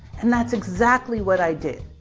and that's exactly what i did.